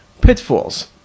Pitfalls